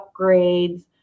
upgrades